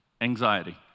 anxiety